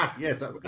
Yes